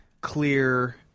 clear